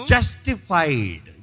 Justified